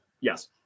Yes